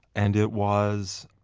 and it was